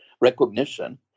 recognition